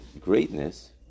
greatness